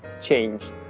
changed